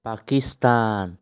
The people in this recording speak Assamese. পাকিস্তান